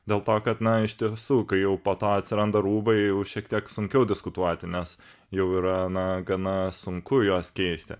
dėl to kad na iš tiesų kai jau po to atsiranda rūbai jau šiek tiek sunkiau diskutuoti nes jau yra na gana sunku juos keisti